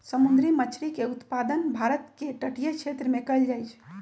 समुंदरी मछरी के उत्पादन भारत के तटीय क्षेत्रमें कएल जाइ छइ